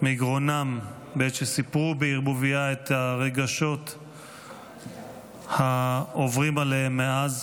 מגרונם בעת שסיפרו בערבוביה את הרגשות העוברים עליהם מאז,